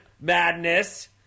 madness